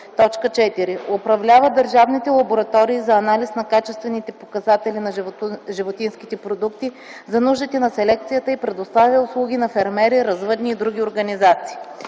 4. управлява държавните лаборатории за анализ на качествените показатели на животинските продукти за нуждите на селекцията и предоставя услуги на фермери, развъдни и други организации;